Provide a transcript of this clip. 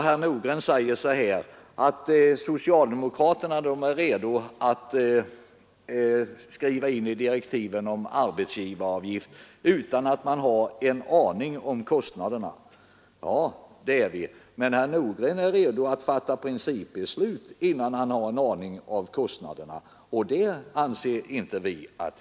Herr Nordgren säger att socialdemokraterna är redo att skriva in arbetsgivaravgiften i direktiven utan att vi har en aning om kostnaderna. Ja, det är vi. Men herr Nordgren är redo att fatta principbeslut innan han har en aning om kostnaderna, och det anser vi oss inte kunna göra.